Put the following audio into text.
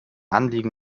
anliegen